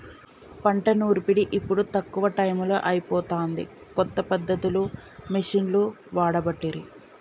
పంట నూర్పిడి ఇప్పుడు తక్కువ టైములో అయిపోతాంది, కొత్త పద్ధతులు మిషిండ్లు వాడబట్టిరి